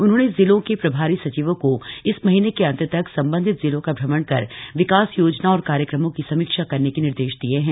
उन्होंने जिलों के प्रभारी सचिवों को इस महीने के अंत तक सम्बन्धित जिलों का भ्रमण कर विकास योजनाओं और कार्यक्रमों की समीक्षा करने के निर्देश दिये हैं